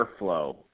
airflow